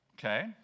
Okay